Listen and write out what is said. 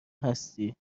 هستی